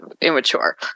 immature